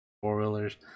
four-wheelers